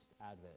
advent